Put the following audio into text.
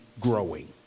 growing